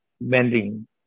bending